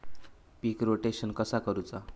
पीक rotation कसा करूचा?